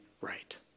right